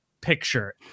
picture